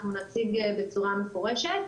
אנחנו נציג בצורה מפורשת,